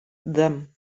them